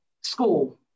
School